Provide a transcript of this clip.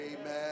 Amen